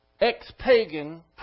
Ex-pagan